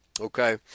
Okay